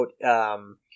quote